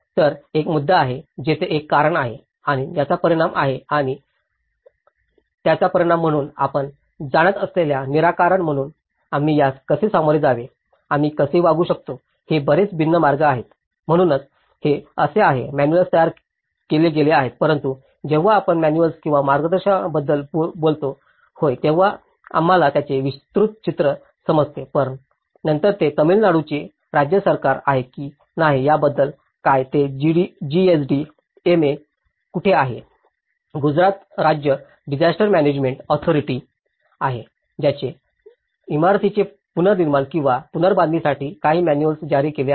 तर एक मुद्दा आहे तेथे एक कारण आहे आणि त्याचा परिणाम आहे आणि याचा परिणाम म्हणून आपण जाणत असलेला निराकरण म्हणून आम्ही यास कसे सामोरे जावे आम्ही कसे वागू शकतो हे बरेच भिन्न मार्ग आहेत म्हणूनच हे असे आहे मॅन्युअल तयार केले गेले आहेत परंतु जेव्हा आपण मॅन्युअल किंवा मार्गदर्शनाबद्दल बोलतो होय तेव्हा आम्हाला त्याचे विस्तृत चित्र समजते पण नंतर ते तमिळनाडूचे राज्य सरकार आहे की नाही याबद्दल काय ते GSD MA कुठे आहे गुजरात राज्य डिसायस्टर मॅनेजमेंट ऑथॉरिटी आहे ज्याने इमारतींचे पुनर्निर्माण किंवा पुनर्बांधणीसाठी काही मॅनुअल्स जारी केली आहे